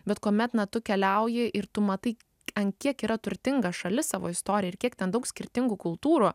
bet kuomet na tu keliauji ir tu matai an kiek yra turtinga šalis savo istorija ir kiek ten daug skirtingų kultūrų